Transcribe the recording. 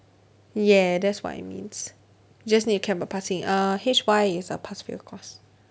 yeah that's what it means just need to care about passing err H_Y is a pass fail course